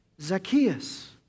Zacchaeus